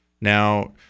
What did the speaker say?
Now